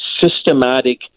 systematic